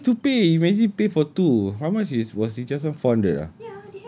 ya you still have to pay imagine pay for two how much is was it just now four hundred ah